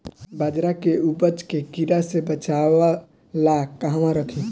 बाजरा के उपज के कीड़ा से बचाव ला कहवा रखीं?